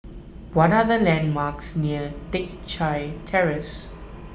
what are the landmarks near Teck Chye Terrace